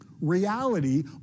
Reality